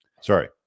Sorry